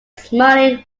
smiling